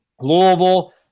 Louisville